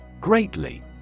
Greatly